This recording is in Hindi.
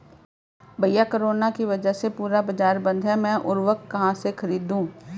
भैया कोरोना के वजह से पूरा बाजार बंद है मैं उर्वक कहां से खरीदू?